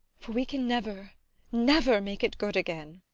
for we can never never make it good again.